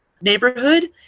neighborhood